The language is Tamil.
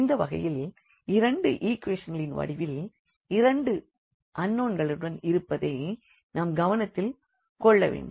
இந்த வகையில் இரண்டு ஈக்வேஷன்ஸ்களின் வடிவில் இரண்டு அன்நோண்களுடன் இருப்பதை நாம் கவனத்தில் கொள்ள வேண்டும்